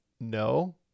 No